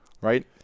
right